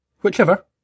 Whichever